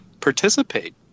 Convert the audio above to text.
participate